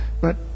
But